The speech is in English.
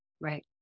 Right